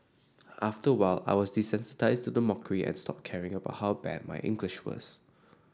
after a while I was desensitised to the mockery and stopped caring about how bad my English was